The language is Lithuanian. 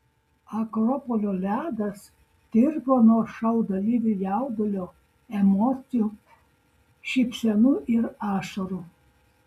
akropolio ledas tirpo nuo šou dalyvių jaudulio emocijų šypsenų ir ašarų